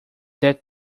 that